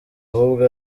ahubwo